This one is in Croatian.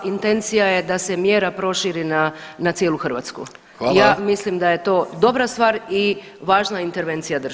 Intencija je da se mjera proširi na cijelu Hrvatsku [[Upadica Vidović: Hvala.]] Ja mislim da je to dobra stvar i važna intervencija države.